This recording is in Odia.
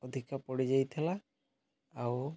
ଅଧିକ ପଡ଼ିଯାଇଥିଲା ଆଉ